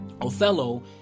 Othello